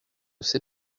sais